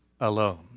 alone